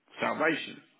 salvation